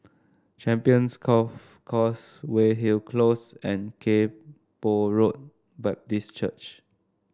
Champions Golf Course Weyhill Close and Kay Poh Road Baptist Church